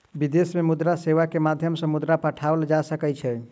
विदेश में मुद्रा सेवा के माध्यम सॅ मुद्रा पठाओल जा सकै छै